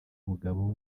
ubugabo